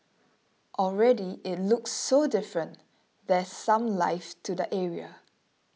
already it looks so different there's some life to the area